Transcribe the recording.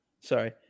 sorry